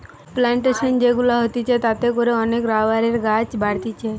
plantation যে গুলা হতিছে তাতে করে অনেক রাবারের গাছ বাড়তিছে